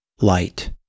light